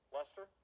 Lester